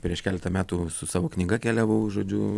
prieš keletą metų su savo knyga keliavau žodžiu